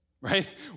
right